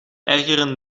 ergeren